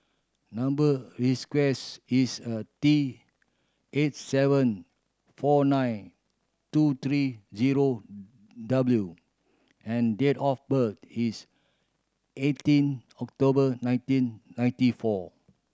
number is a T eight seven four nine two three zero W and date of birth is eighteen October nineteen ninety four